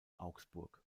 augsburg